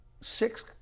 six